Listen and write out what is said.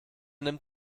nimmt